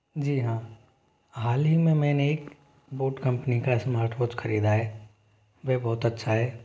जी हाँ हाल ही में मैंने एक बोट कंपनी का स्मार्ट वॉच ख़रीदा है वो बहुत अच्छा है